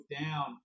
down